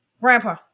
Grandpa